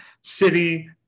city